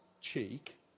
cheek